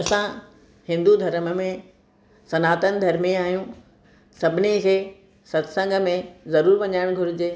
असां हिंदू धर्म में सनातन धर्मी आहियूं सभिनी खे सत्संग मे ज़रूरु वञणु घुर्जे